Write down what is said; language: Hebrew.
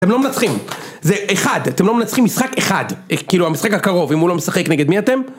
אתם לא מנצחים, זה אחד, אתם לא מנצחים משחק אחד, כאילו המשחק הקרוב, אם הוא לא משחק נגד מי אתם?